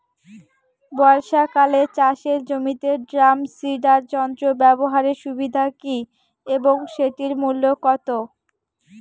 বর্ষাকালে চাষের জমিতে ড্রাম সিডার যন্ত্র ব্যবহারের সুবিধা কী এবং সেটির মূল্য কত?